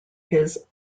his